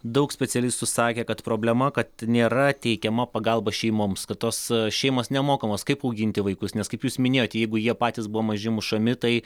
daug specialistų sakė kad problema kad nėra teikiama pagalba šeimoms kad tos šeimos nemokamos kaip auginti vaikus nes kaip jūs minėjote jeigu jie patys buvo maži mušami tai